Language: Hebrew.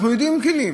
אנחנו יודעים את הכלים.